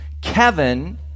Kevin